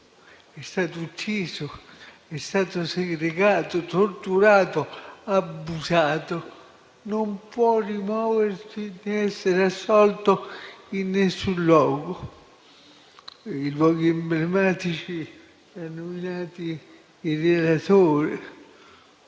è stato ucciso, è stato segregato, torturato, abusato non può essere rimosso né assolto in alcun luogo. I luoghi emblematici li ha nominati il relatore: